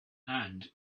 and